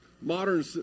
modern